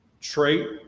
trait